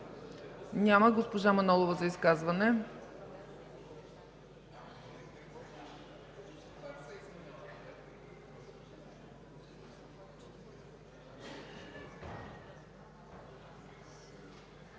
Няма. Госпожа Манолова за изказване.